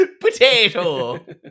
potato